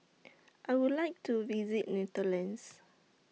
I Would like to visit Netherlands